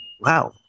wow